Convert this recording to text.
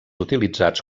utilitzats